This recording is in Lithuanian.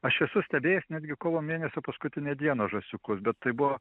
aš esu stebėjęs netgi kovo mėnesio paskutinę dieną žąsiukus bet tai buvo